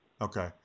Okay